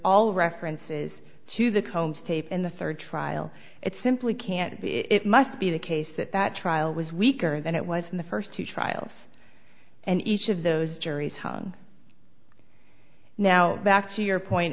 all references to the combs tape in the third trial it simply can't be it must be the case that that trial was weaker than it was in the first two trials and each of those juries hung now back to your point